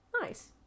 Nice